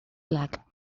black